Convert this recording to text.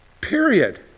Period